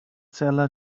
seller